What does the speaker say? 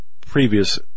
previous